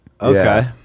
Okay